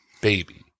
baby